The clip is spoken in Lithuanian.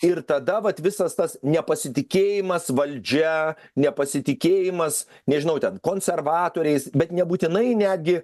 ir tada vat visas tas nepasitikėjimas valdžia nepasitikėjimas nežinau ten konservatoriais bet nebūtinai netgi